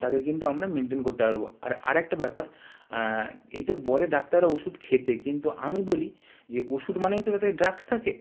তাদের কিন্তু আমরা মেনটেন করতে পারব আর আরেকটা ব্যাপার এটা বলে ডাক্তাররা ওষুধ খেতে কিন্তু আমি বলি যে ওষুধ মানেই তো তাতে ড্রাগস থাকে